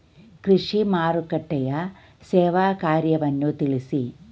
ಕೃಷಿ ಮಾರುಕಟ್ಟೆಯ ಸೇವಾ ಕಾರ್ಯವನ್ನು ತಿಳಿಸಿ?